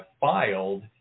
filed